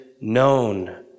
known